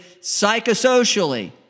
psychosocially